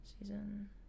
season